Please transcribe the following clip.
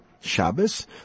Shabbos